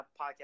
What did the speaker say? podcast